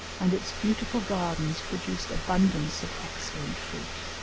and its beautiful gardens produced abundance of excellent fruit.